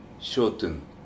Shorten